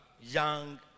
young